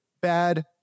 bad